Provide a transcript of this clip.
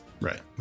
right